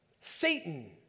Satan